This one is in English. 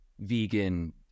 vegan